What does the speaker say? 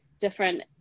different